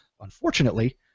Unfortunately